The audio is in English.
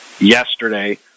yesterday